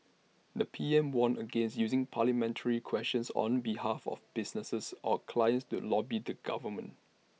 the P M warned against using parliamentary questions on behalf of businesses or clients to lobby the government